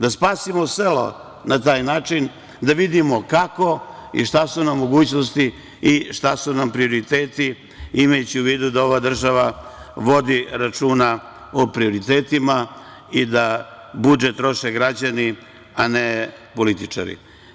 Da spasimo sela na taj način, da vidimo kako i šta su nam mogućnosti i šta su nam prioriteti, imajući u vidu da ova država vodi računa o prioritetima i da budžet troše građani, a ne političari.